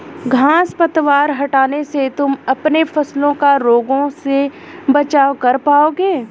घांस पतवार हटाने से तुम अपने फसलों का रोगों से बचाव कर पाओगे